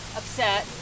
upset